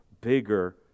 bigger